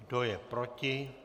Kdo je proti?